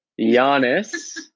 Giannis